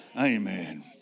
Amen